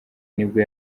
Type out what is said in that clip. nibwo